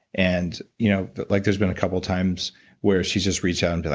and you know but like there's been a couple of times where she's just reached out and